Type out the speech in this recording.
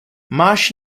máš